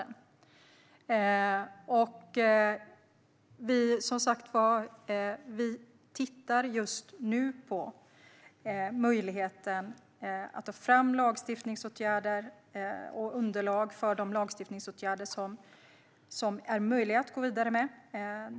Vi tittar som sagt just nu på möjligheten att ta fram lagstiftningsåtgärder och underlag för de lagstiftningsåtgärder som det är möjligt att gå vidare med.